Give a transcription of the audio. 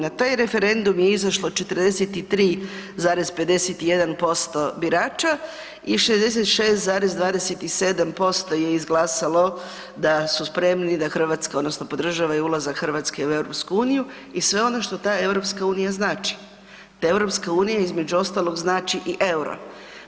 Na taj referendum je izašlo 43,51% birača i 66,27% je izglasalo da su spremni da Hrvatska odnosno podržavaju ulazak Hrvatske u EU i sve ono što ta EU znači, da EU između ostalog znači i EUR-o.